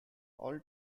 all